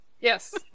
Yes